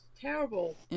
terrible